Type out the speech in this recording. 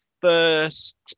first